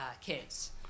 kids